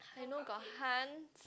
I know got Hans